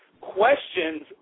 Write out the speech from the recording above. Questions